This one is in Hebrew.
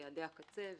ליעדי הקצה,